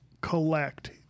collect